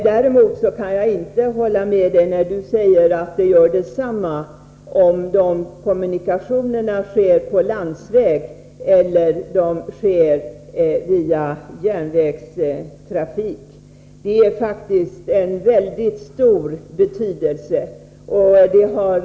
Däremot kan jag inte hålla med om att det gör detsamma om kommunikationerna sker på landsväg eller om de sker via järnvägstrafik. Det är faktiskt en mycket betydelsefull skillnad.